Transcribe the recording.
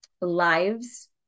lives